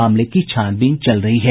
मामले की छानबीन चल रही है